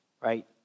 right